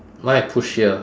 mine push here